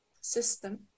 system